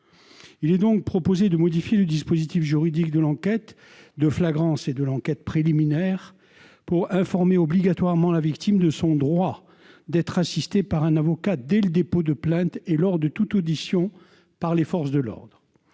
conséquent proposé de modifier le dispositif juridique de l'enquête de flagrance et de l'enquête préliminaire, d'une part, en informant obligatoirement la victime de son droit d'être assistée par un avocat dès le dépôt de plainte et lors de toute audition par les forces de l'ordre